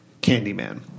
Candyman